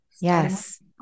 Yes